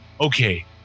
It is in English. okay